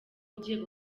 ugiye